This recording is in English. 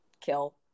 kill